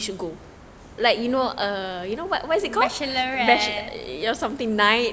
bachelorette